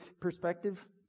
perspective